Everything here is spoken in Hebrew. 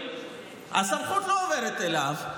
הסמכות לא עוברת אליו,